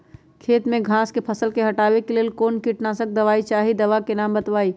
खेत में घास के फसल से हटावे के लेल कौन किटनाशक दवाई चाहि दवा का नाम बताआई?